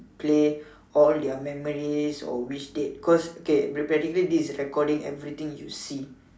play all their memories or which date cause okay practically this is recording everything you see